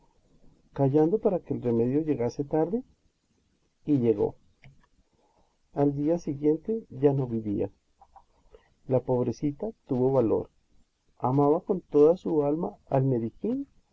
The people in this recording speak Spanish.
callando para que el remedio llegase tarde y llegó al día siguiente ya no vivía la pobrecita tuvo valor amaba con toda su alma al